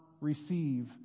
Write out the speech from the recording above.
receive